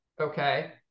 okay